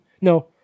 No